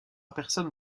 personne